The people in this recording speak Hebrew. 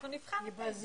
אנחנו נבחן את זה.